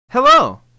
Hello